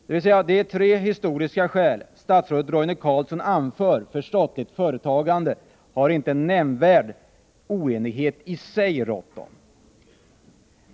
Om de tre historiska skäl statsrådet Roine Carlsson anför för statligt företagande har alltså inte nämnvärd oenighet i sig rått.